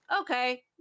okay